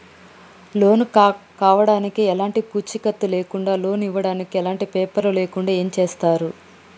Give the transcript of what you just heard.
Loan కావడానికి ఎలాంటి పూచీకత్తు లేకుండా లోన్ ఇవ్వడానికి ఎలాంటి పేపర్లు లేకుండా ఏం చేస్తారు?